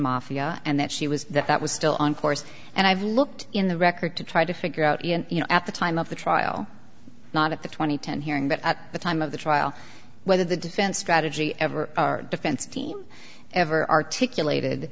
mafia and that she was that that was still on course and i've looked in the record to try to figure out you know at the time of the trial not at the two thousand and ten hearing but at the time of the trial whether the defense strategy ever our defense team ever articulated